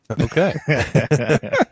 Okay